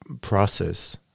process